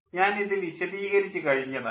ഞാനിത് വിശദീകരിച്ചു കഴിഞ്ഞതാണ്